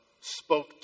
spoke